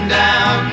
down